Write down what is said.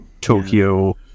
Tokyo